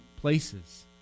places